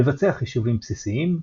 לבצע חישובים בסיסיים,